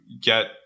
get